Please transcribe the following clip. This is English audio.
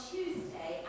Tuesday